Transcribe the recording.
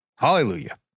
Hallelujah